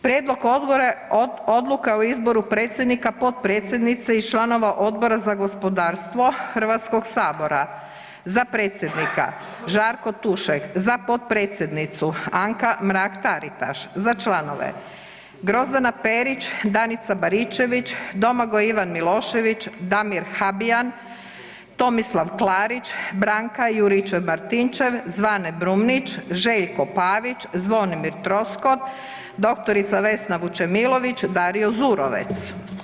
Prijedlog Odluke o izboru predsjednika, potpredsjednice i članova Odbora za gospodarstvo Hrvatskog sabora, za predsjednika Žarko Tušek, za potpredsjednicu Anka Mrak Taritaš, za članove Grozdana Perić, Danica Baričević, Domagoj Ivan Milošević, Damir Habijan, Tomislav Klarić, Branka Juričev Martinčev, Zvane Brumnić, Željko Pavić, Zvonimir Troskot, dr. Vesna Vučemilović, Dario Zurovec.